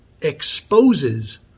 exposes